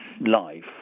life